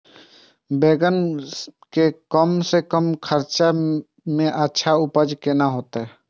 बेंगन के कम से कम खर्चा में अच्छा उपज केना होते?